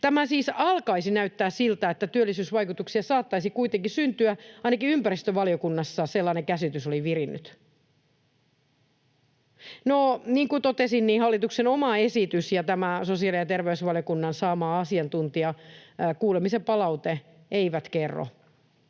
Alkaisi siis näyttää siltä, että työllisyysvaikutuksia saattaisi kuitenkin syntyä, ainakin ympäristövaliokunnassa sellainen käsitys oli virinnyt. No, niin kuin totesin, hallituksen oma esitys ja tämä sosiaali- ja terveysvaliokunnan saama asiantuntijakuulemisen palaute eivät kerro,